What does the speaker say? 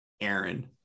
Aaron